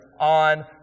on